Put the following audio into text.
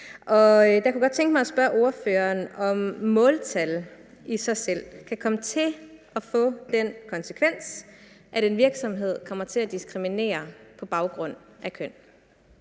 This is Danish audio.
Der kunne jeg godt tænke mig at spørge ordføreren, om måltal i sig selv kan komme til at få den konsekvens, at en virksomhed kommer til at diskriminere på baggrund af køn.